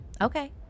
Okay